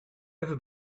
ever